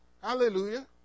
Hallelujah